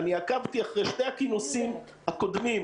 עקבתי אחרי שני הכינוסים הקודמים,